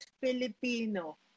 Filipino